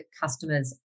customers